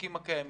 בחוקים הקיימים.